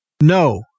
No